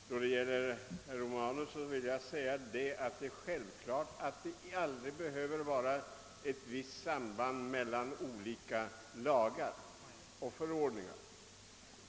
Herr talman! Till herr Romanus vill jag säga att det är självklart att det inte alltid behöver finnas ett samband mellan olika lagar och förordningar.